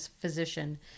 physician